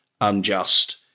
unjust